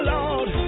Lord